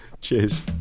Cheers